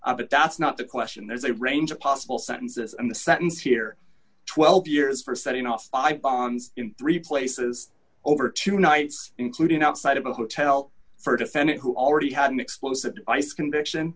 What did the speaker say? i but that's not the question there's a range of possible sentences and the sentence here twelve years for setting off i bonds in three places over two nights including outside of a hotel for a defendant who already had an explosive device conviction